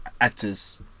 actors